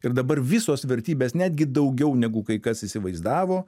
ir dabar visos vertybės netgi daugiau negu kai kas įsivaizdavo